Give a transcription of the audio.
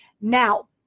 Now